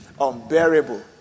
Unbearable